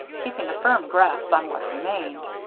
keeping a firm grasp on what remained.